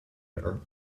editor